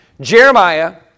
Jeremiah